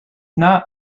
not